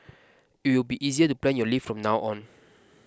it will be easier to plan your leave from now on